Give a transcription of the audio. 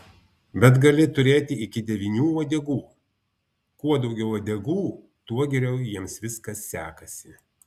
bet gali turėti iki devynių uodegų kuo daugiau uodegų tuo geriau jiems viskas sekasi